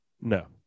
No